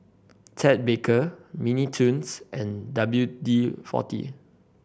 Ted Baker Mini Toons and W D Forty